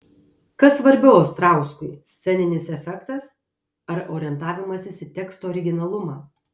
kas svarbiau ostrauskui sceninis efektas ar orientavimasis į teksto originalumą